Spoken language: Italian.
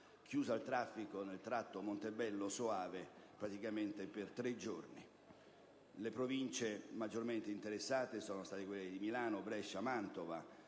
chiusa al traffico nel tratto Montebello-Soave praticamente per tre giorni. Le province maggiormente interessate sono state quelle di Milano, Brescia, Mantova;